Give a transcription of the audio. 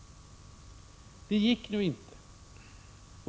Detta gick nu inte.